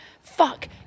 fuck